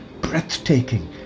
Breathtaking